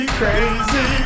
crazy